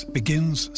begins